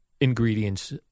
ingredients